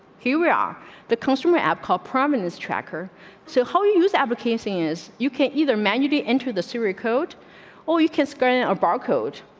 here are the customer app called prominence tracker soho. use advocating is you can either manually enter the serie coat or you can score in our bar code.